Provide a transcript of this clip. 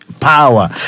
Power